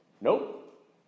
nope